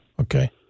Okay